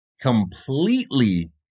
completely